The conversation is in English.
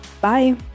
Bye